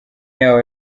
yaho